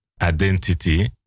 Identity